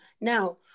Now